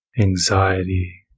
anxiety